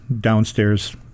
downstairs